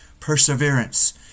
perseverance